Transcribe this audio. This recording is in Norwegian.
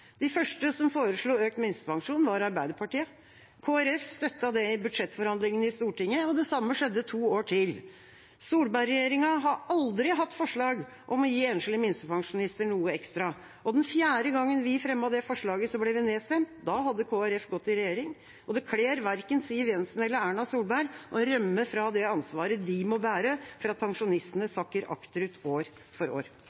De første som foreslo økt minstepensjon, var Arbeiderpartiet. Kristelig Folkeparti støttet det i budsjettforhandlingene i Stortinget. Det samme skjedde to år til. Solberg-regjeringa har aldri hatt forslag om å gi enslige minstepensjonister noe ekstra. Den fjerde gangen vi fremmet det forslaget, ble vi nedstemt. Da hadde Kristelig Folkeparti gått i regjering. Det kler verken Siv Jensen eller Erna Solberg å rømme fra det ansvaret de må bære for at pensjonistene sakker akterut år